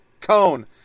Cone